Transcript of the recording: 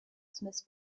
smith